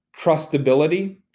trustability